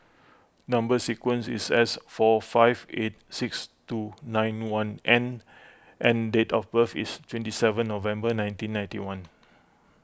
Number Sequence is S four five eight six two nine one N and date of birth is twenty seven November nineteen ninety one